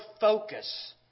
focus